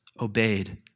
obeyed